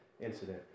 incident